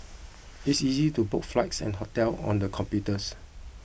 it is easy to book flights and hotels on the computers